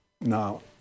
now